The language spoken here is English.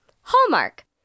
Hallmark